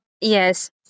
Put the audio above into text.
Yes